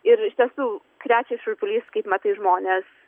ir iš tiesų krečia šiurpulys kaip matai žmones